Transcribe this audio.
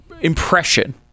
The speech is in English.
impression